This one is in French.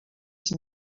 sur